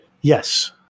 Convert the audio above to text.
Yes